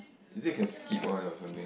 is it can skip one or something